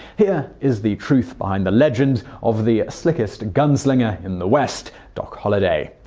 here is the truth behind the legend of the slickest gunslinger in the west, doc holliday.